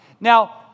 Now